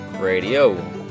Radio